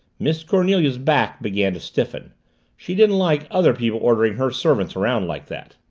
miss cornelia's back began to stiffen she didn't like other people ordering her servants around like that.